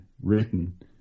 written